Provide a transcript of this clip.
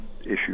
issue